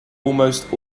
almost